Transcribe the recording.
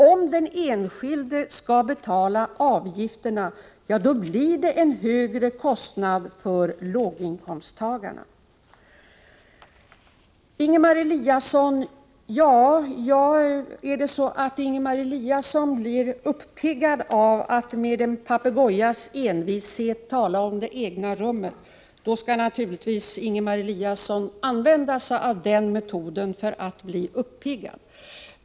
Om den enskilde skall betala avgifterna, blir det en högre kostnad för låginkomsttagarna. Om Ingemar Eliasson blir uppiggad av att med en papegojas envishet tala om det egna rummet, skall han naturligtvis använda sig av den metoden för att bli uppiggad.